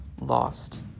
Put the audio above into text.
lost